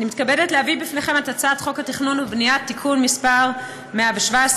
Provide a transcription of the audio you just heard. אני מתכבדת להביא בפניכם את הצעת חוק התכנון והבנייה (תיקון מס' 117,